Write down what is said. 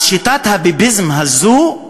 אז שיטת הביביזם הזו,